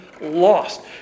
lost